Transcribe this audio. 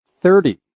Thirty